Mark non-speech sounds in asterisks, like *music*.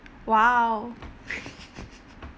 !wow! *laughs*